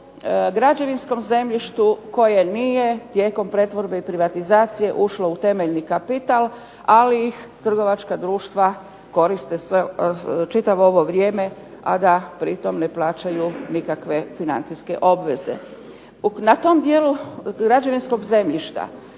građevinskom zemljištu koje nije tijekom pretvorbe i privatizacije ušlo u temeljni kapital, ali ih trgovačka društva koriste čitavo ovo vrijeme, a da pritom ne plaćaju nikakve financijske obveze. Na tom dijelu građevinskog zemljišta